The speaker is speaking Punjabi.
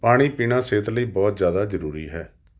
ਪਾਣੀ ਪੀਣਾ ਸਿਹਤ ਲਈ ਬਹੁਤ ਜ਼ਿਆਦਾ ਜ਼ਰੂਰੀ ਹੈ